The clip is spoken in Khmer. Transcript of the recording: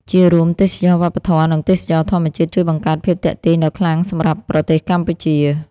ជារួម ទេសចរណ៍វប្បធម៌ និងទេសចរណ៍ធម្មជាតិជួយបង្កើតភាពទាក់ទាញដ៏ខ្លាំងសម្រាប់ប្រទេសកម្ពុជា។